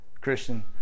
Christian